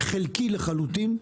חלקי לחלוטין.